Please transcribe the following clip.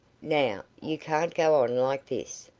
now, you can't go on like this.